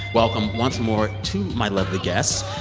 welcome once more to my lovely guests,